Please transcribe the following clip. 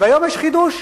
והיום יש חידוש.